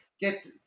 get